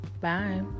Bye